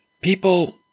people